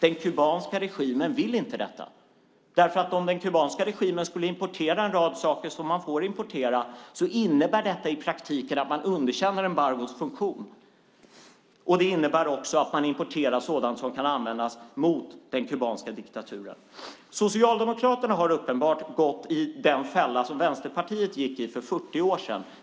Den kubanska regimen vill inte detta. Om den kubanska regimen skulle importera en rad saker som man får importera skulle det i praktiken innebära att man underkände embargots funktion. Det skulle också innebära att man importerade sådant som kunde användas mot den kubanska diktaturen. Socialdemokraterna har uppenbart gått i den fälla som Vänsterpartiet gick i för 40 år sedan.